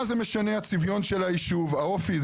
מה זה משנה הצביון של היישוב האופי?